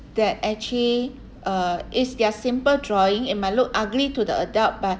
that actually uh it's their simple drawing it might look ugly to the adult but